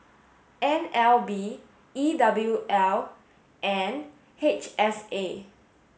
N L B E W L and H S A